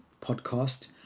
podcast